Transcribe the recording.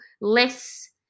less